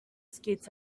skates